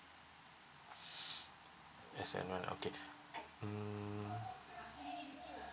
as and when okay mm